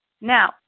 Now